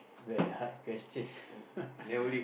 very hard question